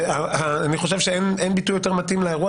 ואני חושב שאין ביטוי יותר מתאים לאירוע